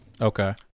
Okay